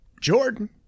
Jordan